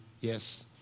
Yes